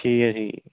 ठीक ऐ ठीक